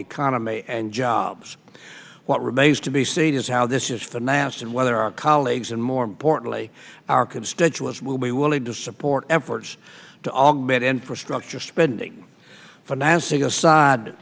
economy and jobs what remains to be seen is how this is for nasa and whether our colleagues and more importantly our constituents will be willing to support efforts to augment infrastructure spending financing aside